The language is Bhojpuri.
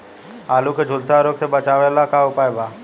आलू के झुलसा रोग से बचाव ला का उपाय बा?